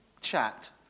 chat